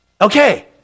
Okay